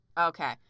Okay